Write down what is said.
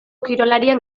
kirolarien